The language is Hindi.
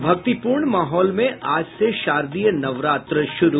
और भक्तिपूर्ण माहौल में आज से शारदीय नवरात्र शुरू